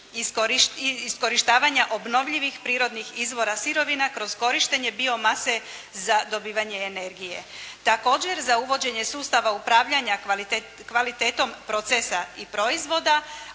iskorištavanja obnovljivih prirodnih izvora sirovina kroz korištenje bio mase za dobivanje energije. Također za uvođenje sustava upravljanja kvalitetom procesa i proizvoda,